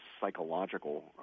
psychological